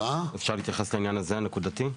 לעניין הזה נקודתית?